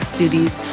duties